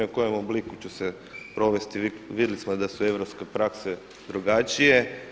U kojem obliku će se provesti vidjeli smo da su europske prakse drugačije.